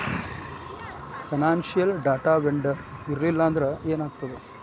Financial data vendor ಇರ್ಲ್ಲಿಲ್ಲಾಂದ್ರ ಏನಾಗ್ತದ?